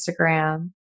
Instagram